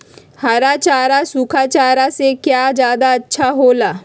हरा चारा सूखा चारा से का ज्यादा अच्छा हो ला?